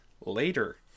later